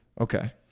Okay